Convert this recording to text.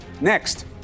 Next